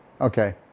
Okay